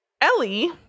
Ellie